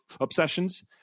obsessions